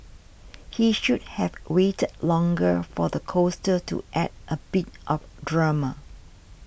he should have waited longer for the coaster to add a bit of drama